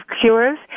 Cures